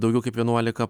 daugiau kaip vienuolika